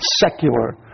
secular